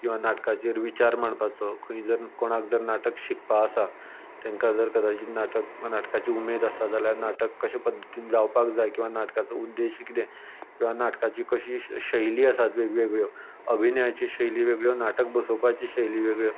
नाटकाचेर विचार मांडपाचो खंय जर कोणाक जर नाटक शिकपा आसा तेंका जर कदाचित नाटकांची उमेद आसा जाल्यार नाटक कश्या पद्दतीन जावपाक जाय किंवां नाटकाचो उद्देश कितें किंवां नाटकाची कशी शैली आसा वेगवेगळ्यो अभिनयाची शैली वेगळ्यो नाटक बसोवपाची शैली वेगळ्यो